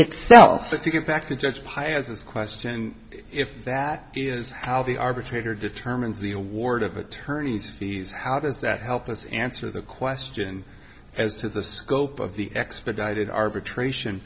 itself to get back to judge paez this question if that is how the arbitrator determines the award of attorney's fees how does that help us answer the question as to the scope of the expedited arbitration